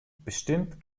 bestimmt